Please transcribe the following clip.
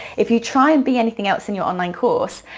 if you try and be anything else in your online course,